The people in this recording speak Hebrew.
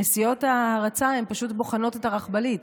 נסיעות ההרצה פשוט בוחנות את הרכבלית.